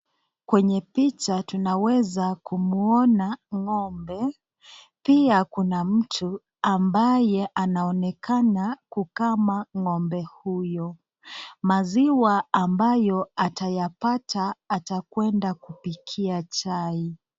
Kwenye picha tunaweza kumuona ng'ombe, pia kuna mtu ambaye anaonekana kukama ng'ombe huyo. Maziwa ambayo atayapata atakwenda kupikia chai.